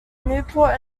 newport